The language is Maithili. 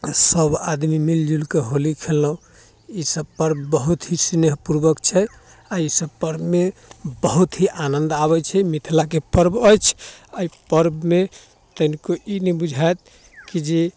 सभ आदमी मिलजुलिकऽ होली खेललहुँ ई सभ पर्व बहुत ही सिनेह पूर्वक छै अइ सभपर मे बहुत ही आनन्द आबै छै मिथिलाके अछि अइ पर्बमे तनिको ई नहि बुझैत कि जे